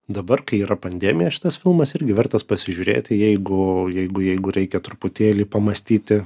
dabar kai yra pandemija šitas filmas irgi vertas pasižiūrėti jeigu jeigu jeigu reikia truputėlį pamąstyti